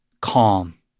calm